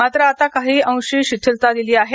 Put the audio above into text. मात्र आता काही अंशी शिथिलता दिली आहे